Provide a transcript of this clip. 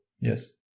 Yes